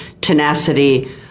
tenacity